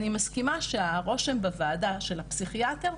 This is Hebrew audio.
אני מסכימה שהרושם בוועדה של הפסיכיאטר,